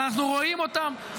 אבל אנחנו רואים אותם,